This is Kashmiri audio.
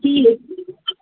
ٹھیٖک